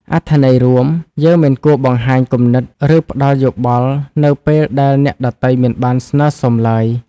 អត្ថន័យរួម យើងមិនគួរបង្ហាញគំនិត ឬផ្ដល់យោបល់នៅពេលដែលអ្នកដទៃមិនបានស្នើសុំឡើយ។